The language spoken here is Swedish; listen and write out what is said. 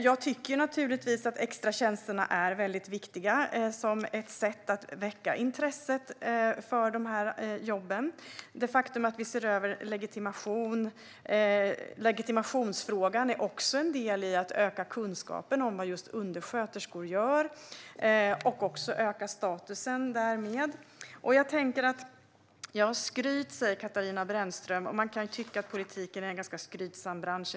Jag tycker naturligtvis att extratjänsterna är mycket viktiga som ett sätt att väcka intresse för dessa jobb. Det faktum att vi ser över frågan om legitimation är också en del i att öka kunskapen om vad just undersköterskor gör och därmed också öka statusen. Katarina Brännström säger att det är skryt, och man kan tycka att politiken emellanåt är en ganska skrytsam bransch.